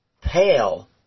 pale